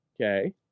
Okay